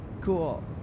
Cool